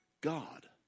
God